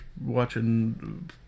watching